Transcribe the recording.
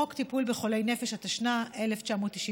לחוק טיפול בחולי נפש, התשנ"א 1991,